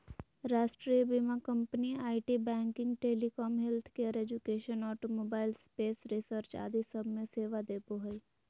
राष्ट्रीय बीमा company IT, banking, telecom, healthcare, education, automobile, space research आदि सब मे सेवा देवो हय